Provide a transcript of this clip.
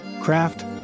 craft